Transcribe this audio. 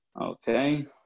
okay